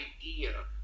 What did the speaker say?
idea